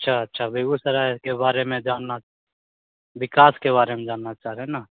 अच्छा अच्छा बेगूसराय के बारे में जानना विकास के बारे में जानना चाह रहे है ना